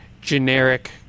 generic